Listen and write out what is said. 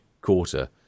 quarter